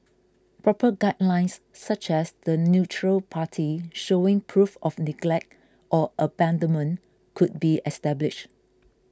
proper guidelines such as the neutral party showing proof of neglect or abandonment could be established